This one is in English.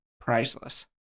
priceless